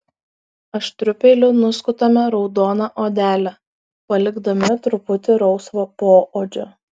aštriu peiliu nuskutame raudoną odelę palikdami truputį rausvo poodžio